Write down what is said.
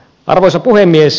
arvoisa puhemies